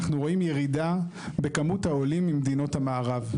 אנחנו רואים ירידה בכמות העולים ממדינות המערב.